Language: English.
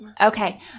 Okay